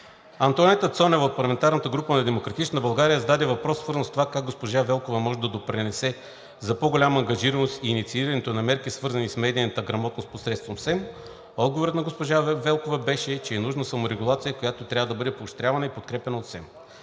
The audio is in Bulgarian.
Антоанета Цонeва от парламентарната група на „Демократична България“ зададе въпрос, свързан с това как госпожа Велкова може да допринесе за по-голямата ангажираност и инициирането на мерки, свързани с медиийната грамотност посредством СЕМ. Отговорът на госпожа Велкова беше, че е нужна саморегулация, която би трябвало да бъде поощрявана и подкрепяна от СЕМ.